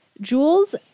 Jules